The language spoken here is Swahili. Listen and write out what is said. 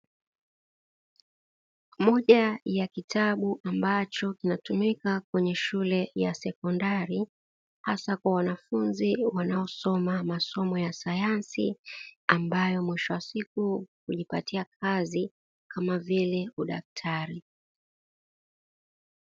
Moja ya kitabu ambacho kinatumika kwenye shule ya sekondari, hasa kwa wanafunzi wanaosoma masomo ya sayansi, ambayo mwisho wa siku hujipatia kazi kama vile udaktari.